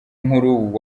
nkuru